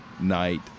night